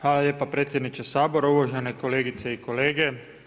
Hvala lijepa predsjedniče Sabora, uvažene kolegice i kolege.